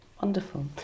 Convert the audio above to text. Wonderful